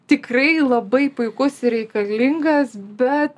tikrai labai puikus ir reikalingas bet